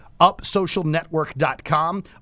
upsocialnetwork.com